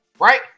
right